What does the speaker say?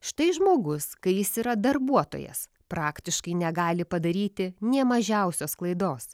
štai žmogus kai jis yra darbuotojas praktiškai negali padaryti nė mažiausios klaidos